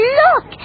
look